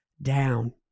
down